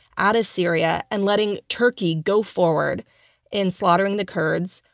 out of syria, and letting turkey go forward in slaughtering the kurds.